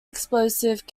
explosive